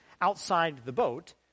outside-the-boat